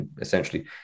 essentially